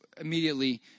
immediately